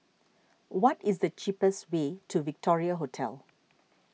what is the cheapest way to Victoria Hotel